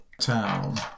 town